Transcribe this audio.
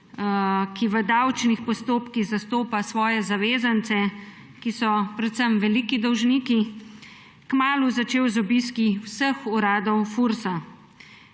ki v davčnih postopkih zastopa svoje zavezance, ki so predvsem veliki dolžniki, kmalu začel z obiski vseh uradov FURS,